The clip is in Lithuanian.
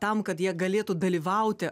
tam kad jie galėtų dalyvauti